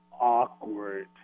awkward